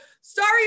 sorry